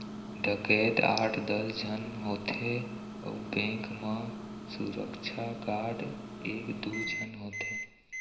डकैत आठ दस झन होथे अउ बेंक म सुरक्छा गार्ड एक दू झन होथे